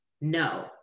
no